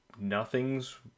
nothing's